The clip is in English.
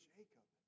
Jacob